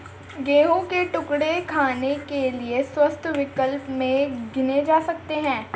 गेहूं के टुकड़े खाने के लिए स्वस्थ विकल्प में गिने जा सकते हैं